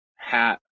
Hat